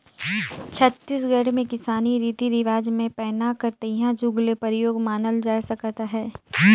छत्तीसगढ़ मे किसानी रीति रिवाज मे पैना कर तइहा जुग ले परियोग मानल जाए सकत अहे